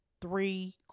three